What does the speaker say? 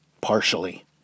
partially